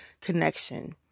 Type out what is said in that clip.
connection